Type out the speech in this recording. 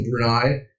Brunei